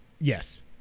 Yes